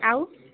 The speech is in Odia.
ଆଉ